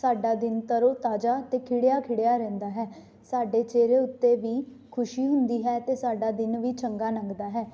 ਸਾਡਾ ਦਿਨ ਤਰੋ ਤਾਜ਼ਾ ਅਤੇ ਖਿੜਿਆ ਖਿੜਿਆ ਰਹਿੰਦਾ ਹੈ ਸਾਡੇ ਚਿਹਰੇ ਉੱਤੇ ਵੀ ਖੁਸ਼ੀ ਹੁੰਦੀ ਹੈ ਅਤੇ ਸਾਡਾ ਦਿਨ ਵੀ ਚੰਗਾ ਲੰਘਦਾ ਹੈ